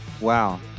Wow